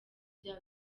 bya